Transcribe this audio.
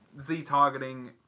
Z-targeting